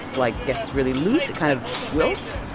like, gets really loose. it kind of wilts.